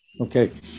Okay